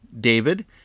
David